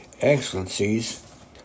excellencies